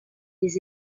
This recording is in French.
des